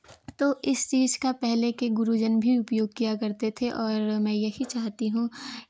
तो इस चीज़ का पहले के गुरुजन भी उपयोग किया करते थे और मैं यही चाहती हूँ